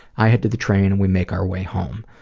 i head to the train, and we make our way home.